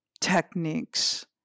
techniques